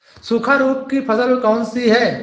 सूखा रोग की फसल कौन सी है?